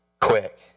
quick